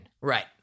Right